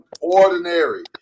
ordinary